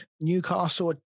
Newcastle